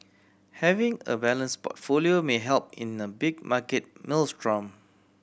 having a balanced portfolio may help in a big market maelstrom